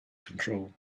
control